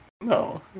No